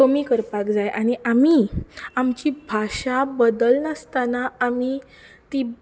कमी करपाक जाय आनी आमी आमची भाशा बदल नासतना आमी ती